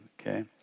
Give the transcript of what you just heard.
okay